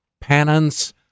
Penance